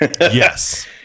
Yes